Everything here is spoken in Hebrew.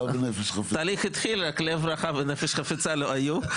התהליך התחיל, רק שלב רחב ונפש חפצה לא היו,